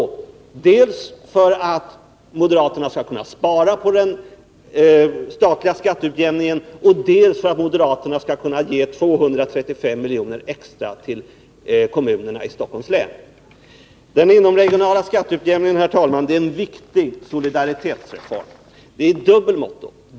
Detta skulle ske dels för att moderaterna skulle kunna spara på den statliga skatteutjämningen, dels för att moderaterna skulle kunna ge 235 milj.kr. extra till kommunerna i Stockholms län. Den inomregionala skatteutjämningen, herr talman, är en viktig solidaritetsreform i dubbel måtto.